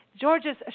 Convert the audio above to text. Georges